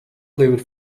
lived